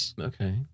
okay